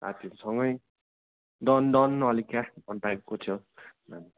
साथीहरूसँगै done done अलिक क्या टाइपको थियो